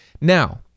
Now